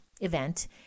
event